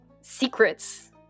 secrets